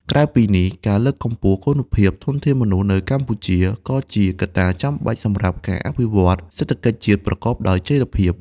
ក្រៅពីនេះ ការលើកកម្ពស់គុណភាពធនធានមនុស្សនៅកម្ពុជា ក៏ជាកត្តាចាំបាច់សម្រាប់ការអភិវឌ្ឍសេដ្ឋកិច្ចជាតិប្រកបដោយចីរភាព។